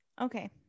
Okay